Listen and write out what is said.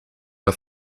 auf